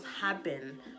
happen